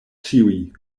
ĉiuj